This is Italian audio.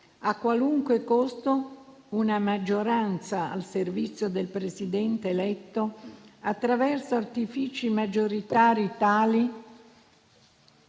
a qualunque costo una maggioranza al servizio del Presidente eletto attraverso artifici maggioritari tali